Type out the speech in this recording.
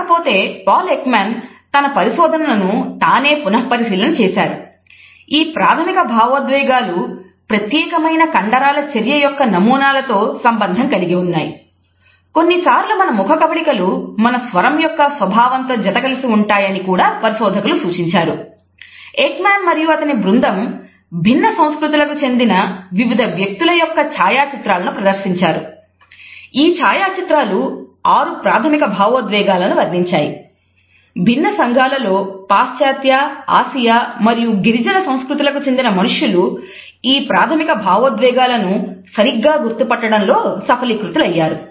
కాకపోతే Paul Ekman మరియు గిరిజన సంస్కృతులకు చెందిన మనుషులు ఈ ప్రాథమిక భావోద్వేగాలను సరిగ్గా గుర్తుపట్టడం లో సఫలీకృతులయ్యారు